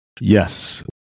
Yes